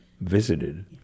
visited